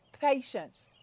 patience